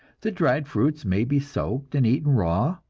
the dried fruits may be soaked and eaten raw,